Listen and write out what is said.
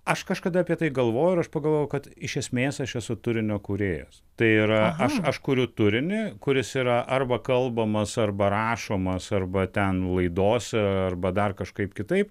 aš kažkada apie tai galvojau ir aš pagalvojau kad iš esmės aš esu turinio kūrėjas tai yra aš aš kuriu turinį kuris yra arba kalbamas arba rašomas arba ten laidose arba dar kažkaip kitaip